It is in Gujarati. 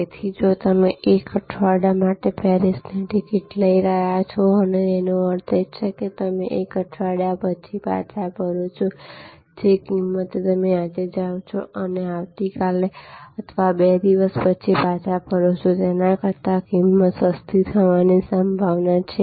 તેથી જો તમે એક અઠવાડિયા માટે પેરિસની ટિકિટ લઈ રહ્યા છોતેનો અર્થ એ છે કે તમે 1 અઠવાડિયા પછી પાછા ફરો છો જે કિંમતે તમે આજે જાઓ છો અને આવતી કાલે અથવા 2 દિવસ પછી પાછા ફરો છો તેના કરતાં કિંમત સસ્તી થવાની સંભાવના છે